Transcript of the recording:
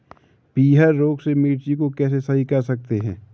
पीहर रोग से मिर्ची को कैसे सही कर सकते हैं?